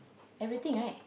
everything right